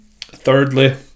thirdly